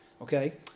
okay